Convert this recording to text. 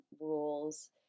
rules